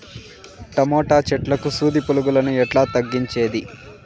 Tomato చెట్లకు సూది పులుగులను ఎట్లా తగ్గించేది?